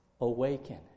Awaken